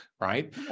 right